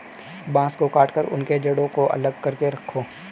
बांस को काटकर उनके जड़ों को अलग करके रखो